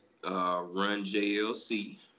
RunJLC